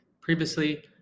Previously